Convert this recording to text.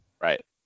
Right